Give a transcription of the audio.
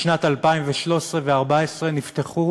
בשנים 2013 ו-2014 נפתחו